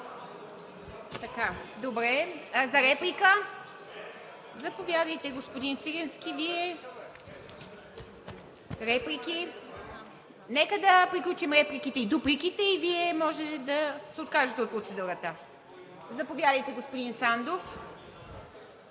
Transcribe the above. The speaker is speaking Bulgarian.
ИВА МИТЕВА: Реплика? Заповядайте, господин Свиленски. Нека да приключим репликите и дупликите и Вие може да се откажете от процедурата. Заповядайте, господин Сандов.